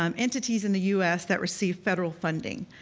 um entities in the us that receive federal funding.